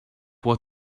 what